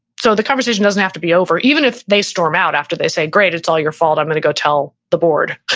so the conversation doesn't have to be over. even if they storm out after they say, great, it's all your fault, i'm going and to go tell the board.